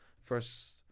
First